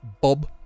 Bob